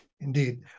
Indeed